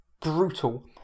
brutal